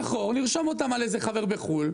נרשום אותם על איזה חבר בחו"ל,